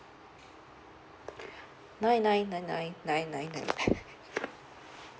nine nine nine nine nine nine